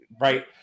right